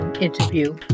interview